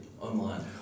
online